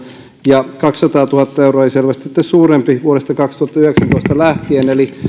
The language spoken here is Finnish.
ja kaksisataatuhatta euroa eli selvästi sitten suurempi vuodesta kaksituhattayhdeksäntoista lähtien eli